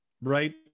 right